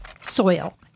soil